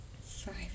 five